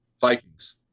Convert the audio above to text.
Vikings